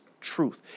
truth